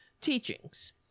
teachings